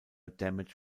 damage